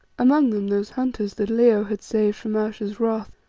among them those hunters that leo had saved from ayesha's wrath,